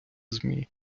змі